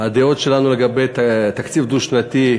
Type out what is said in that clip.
הדעות שלנו לגבי תקציב דו-שנתי,